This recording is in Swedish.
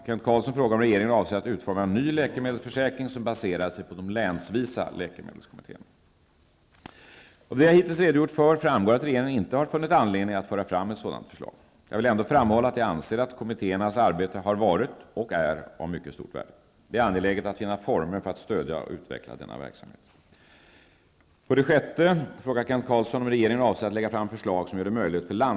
Kent Carlsson frågar om regeringen avser att utforma en ny läkemedelsförsäkring som baserar sig på de länsvisa läkemedelskommittéerna. Av det jag hittills redogjort för framgår att regeringen inte har funnit anledning att föra fram ett sådant förslag. Jag vill ändå framhålla att jag anser att läkemedelskommittéernas arbete har varit och är av mycket stort värde. Det är angeläget att finna former för att stödja och utveckla deras verksamhet.